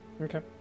Okay